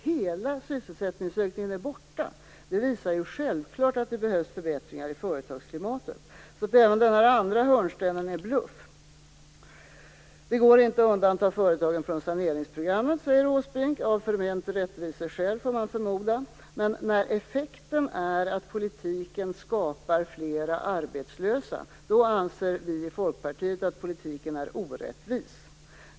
Hela sysselsättningsökningen är borta! Det visar att det självfallet behövs förbättringar i företagsklimatet. Även den andra hörnstenen är alltså bluff. Det går inte att undanta företagen från saneringsprogrammet, säger Åsbrink - av förmenta rättviseskäl får man förmoda. Men när effekten blir att politiken skapar fler arbetslösa anser vi i Folkpartiet att politiken är orättvis.